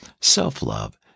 self-love